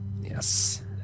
Yes